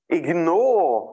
ignore